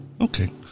okay